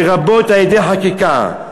לרבות על-ידי חקיקה.